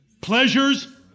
pleasures